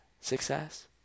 success